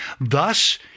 Thus